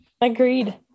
Agreed